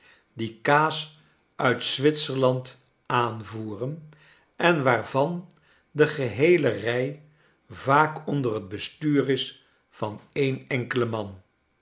die kaas uitzwitserland aan voeren en waar van de geheele rij vaak onder het bestuur is van een enkelen man